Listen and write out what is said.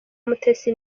mutesi